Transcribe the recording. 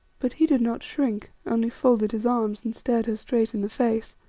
but he did not shrink, only folded his arms and stared her straight in the face.